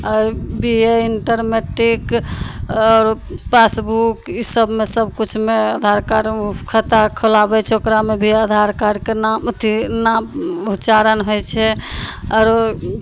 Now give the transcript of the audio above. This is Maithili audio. आओर भी यऽ इन्टर मैट्रिक आओर पासबुक ईसब मे सबकिछुमे आधार कार्डमे खाता खोलाबय छै ओकरामे भी आधार कार्डके नाम अथी नाम उच्चारण होइ छै आओर उ